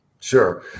Sure